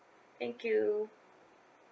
thank you